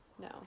No